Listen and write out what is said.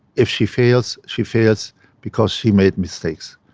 if she fails, she fails because she made mistakes,